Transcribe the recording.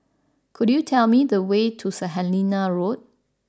could you tell me the way to San Helena Road